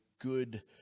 good